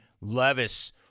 Levis